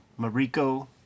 Mariko